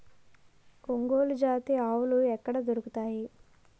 ఒంగోలు జాతి ఆవులు ఎక్కడ దొరుకుతాయి?